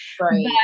Right